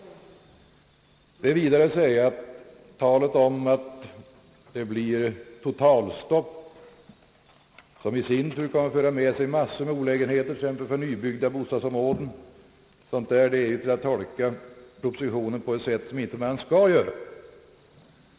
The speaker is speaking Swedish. Påståendena om att det blir ett totalstopp, som i sin tur kommer att leda till massor av olägenheter exempelvis för nybyggda bostadsområden, visar bara att man tolkar propositionen på ett sätt som man inte skall göra.